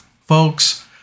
Folks